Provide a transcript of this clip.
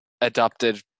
adopted